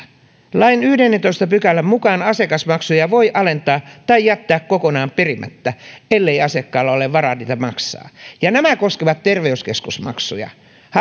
lain yhdennentoista pykälän mukaan asiakasmaksuja voi alentaa tai jättää kokonaan perimättä ellei asiakkaalla ole varaa niitä maksaa ja nämä koskevat terveyskeskusmaksuja